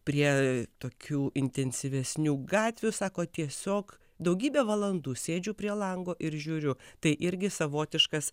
prie tokių intensyvesnių gatvių sako tiesiog daugybę valandų sėdžiu prie lango ir žiūriu tai irgi savotiškas